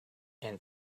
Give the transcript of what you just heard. and